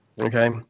okay